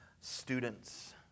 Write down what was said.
students